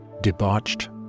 Debauched